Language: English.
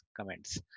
comments